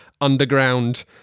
underground